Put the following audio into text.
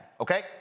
Okay